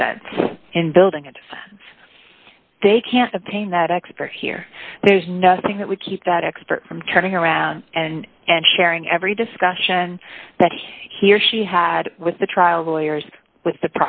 defense in building and they can't obtain that expert here there's nothing that would keep that expert from turning around and and sharing every discussion that he or she had with the trial lawyers with the